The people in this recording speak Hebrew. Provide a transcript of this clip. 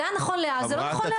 זה היה נכון לאז וזה לא נכון להיום.